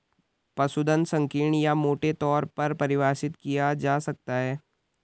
पशुधन संकीर्ण या मोटे तौर पर परिभाषित किया जा सकता है